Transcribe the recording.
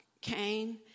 Cain